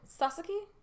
Sasuke